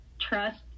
trust